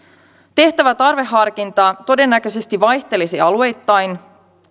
tehtävä tarveharkinta todennäköisesti vaihtelisi alueittain